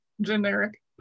generic